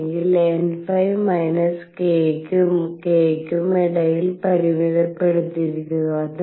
അല്ലെങ്കിൽ nϕ minus k കും k കും ഇടയിൽ പരിമിതപ്പെടുത്തിയിരിക്കുന്നു